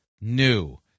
new